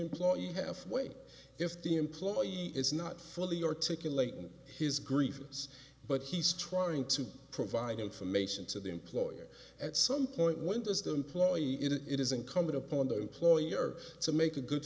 employee halfway if the employee is not fully articulate in his grief but he's trying to provide information to the employer at some point when does the employee it is incumbent upon the employer to make a good